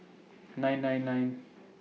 nine nine nine